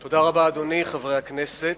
אדוני, תודה רבה, חברי חברי הכנסת,